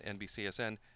NBCSN